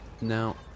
Now